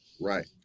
right